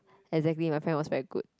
exactly my friend was very good